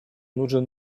нужен